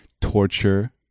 torture